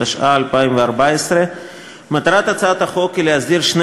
התשע"ה 2014. מטרת הצעת החוק היא להסדיר שני